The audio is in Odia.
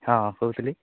ହଁ କହୁଥିଲି